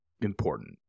important